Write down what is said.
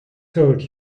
told